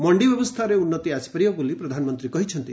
ମଣ୍ଡି ବ୍ୟବସ୍ଥାରେ ଉନ୍ନତି ଆସିପାରିବ ବୋଲି ପ୍ରଧାନମନ୍ତ୍ରୀ କହିଛନ୍ତି